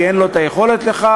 כי אין לו היכולת לכך,